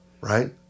right